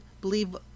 believe